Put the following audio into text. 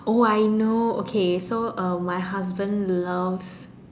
oh I know okay so uh my husband loves